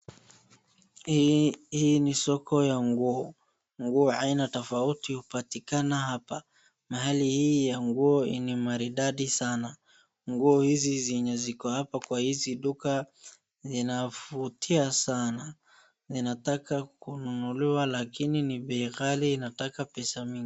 Hii ni soko ya nguo, nguo aina tofauti hupatikana hapa. Mahali hii ya nguo ni maridadi sana, nguo hizi zenye ziko hapa kwa hizi duka zinavutia sana inataka kununuliwa lakini ni bei ghali inataka pesa mingi.